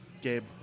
Gabe